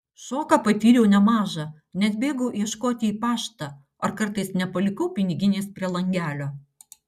šoką patyriau nemažą net bėgau ieškoti į paštą ar kartais nepalikau piniginės prie langelio